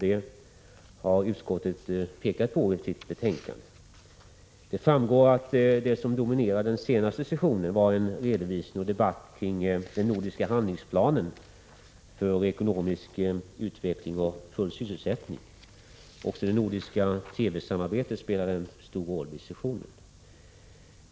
Det har utskottet pekat på i sitt betänkande. Det framgår att det som dominerade den senaste sessionen var en redovisning av och debatt kring den nordiska handlingsplanen för ekonomisk utveckling och full sysselsättning. Också det nordiska TV-samarbetet spelade en stor roll i sessionen.